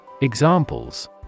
Examples